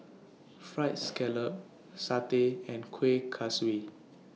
Fried Scallop Satay and Kuih Kaswi